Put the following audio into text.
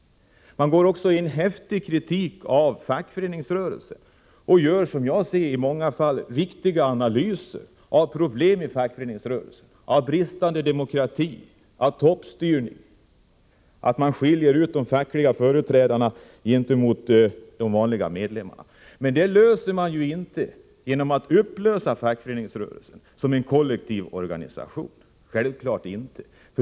De uttalar också en häftig kritik mot fackföreningsrörelsen och gör, som jag ser det, i många fall viktiga analyser av problem i fackföreningsrörelsen, av bristande demokrati och toppstyrning. Man skiljer ut de fackliga företrädarna från de vanliga medlemmarna. Men dessa problem löser man självfallet inte genom att upplösa fackföreningsrörelsen som en kollektiv organisation.